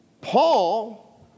Paul